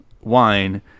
wine